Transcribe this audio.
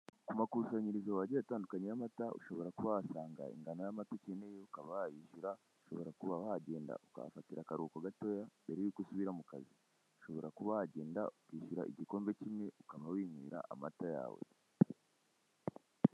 Amakusanyirizo agiye atandukanye y'amata, ushobora kuba wahasanga ingano y'amata ukeneye ukaba wayishyura, ushobora kuba wagenda ukahafatira akaruhuko gatoya mbere y'uko usubira mu kazi, ushobora kuba wagenda ukishyura igikombe kimwe ukaba winywera amata yawe.